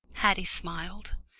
haddie smiled.